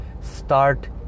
start